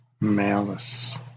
malice